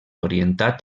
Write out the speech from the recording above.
orientat